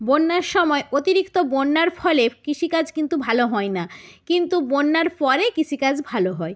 বন্যার সময় অতিরিক্ত বন্যার ফলে কৃষিকাজ কিন্তু ভালো হয় না কিন্তু বন্যার পরে কৃষিকাজ ভালো হয়